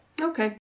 Okay